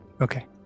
Okay